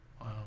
Wow